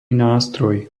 nástroj